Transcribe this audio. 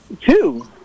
Two